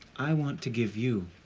i want to give you